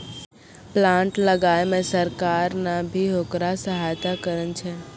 plant लगाय मॅ सरकार नॅ भी होकरा सहायता करनॅ छै